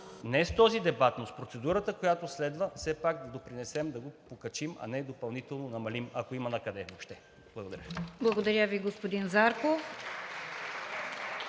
не с този дебат, но с процедурата, която следва, все пак да допринесем да го покачим, а не допълнително да намалим, ако има въобще накъде. Благодаря. (Ръкопляскания